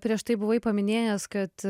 prieš tai buvai paminėjęs kad